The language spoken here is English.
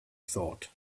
thought